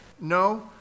No